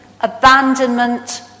abandonment